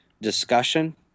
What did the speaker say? discussion